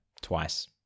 twice